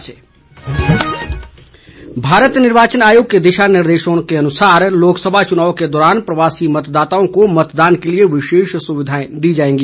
देवेश कुमार भारत निर्वाचन आयोग के दिशा निर्देशों के अनुसार लोकसभा चुनाव के दौरान प्रवासी मतदाताओं को मतदान के लिए विशेष सुविधा दी जाएगी